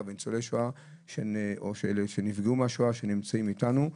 וניצולי שואה או שנפגעו מהשואה שנמצאים איתנו.